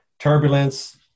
Turbulence